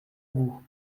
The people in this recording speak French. vous